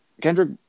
Kendrick